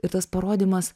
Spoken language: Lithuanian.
ir tas parodymas